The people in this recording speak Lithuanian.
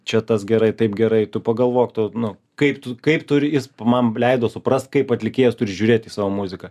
čia tas gerai taip gerai tu pagalvok tu nu kaip tu kaip turi jis man leido suprast kaip atlikėjas turi žiūrėt į savo muziką